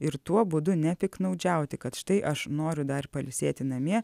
ir tuo būdu nepiktnaudžiauti kad štai aš noriu dar pailsėti namie